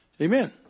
Amen